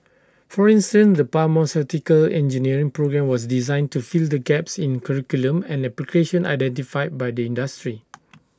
for instance the pharmaceutical engineering programme was designed to fill the gaps in curriculum and application identified by the industry